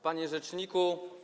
Panie Rzeczniku!